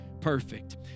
perfect